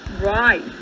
right